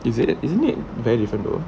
is it isn't it very different though